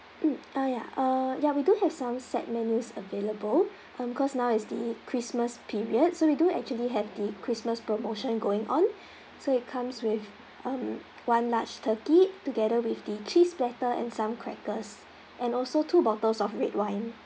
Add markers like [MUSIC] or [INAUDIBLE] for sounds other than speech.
mm uh ya uh ya we do have some set menus available [BREATH] um cause now is the christmas period so we do actually have the christmas promotion going on [BREATH] so it comes with um one large turkey together with the cheese platter and some crackers [BREATH] and also two bottles of red wine